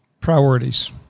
Priorities